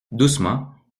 doucement